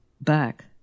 back